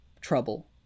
trouble